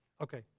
Okay